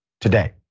today